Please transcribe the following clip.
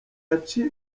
yaciye